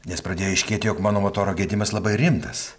nes pradėjo aiškėti jog mano motoro gedimas labai rimtas